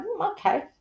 okay